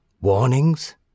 warnings